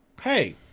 hey